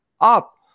up